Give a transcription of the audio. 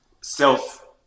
self